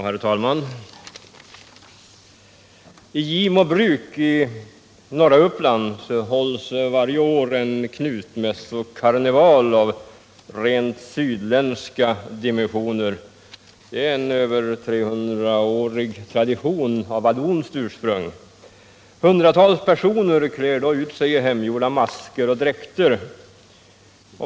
Herr talman! I Gimo bruk i norra Uppland hålls varje år en Knutmässokarneval av rent sydländska dimensioner. Det är en mer än 300-årig tradition av vallonskt ursprung. Hundratals personer klär då ut sig i hemgjorda masker och dräkter.